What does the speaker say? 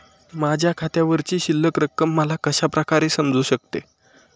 माझ्या खात्यावरची शिल्लक रक्कम मला कशा प्रकारे समजू शकते?